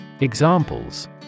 Examples